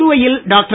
புதுவையில் டாக்டர்